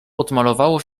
odmalowało